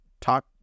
talk